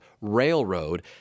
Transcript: Railroad